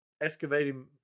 excavating